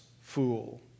fool